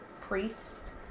priest